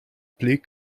pli